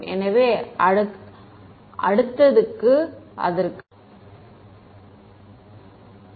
எனவே அடுத்தடுத்து அதற்கு வருவோம்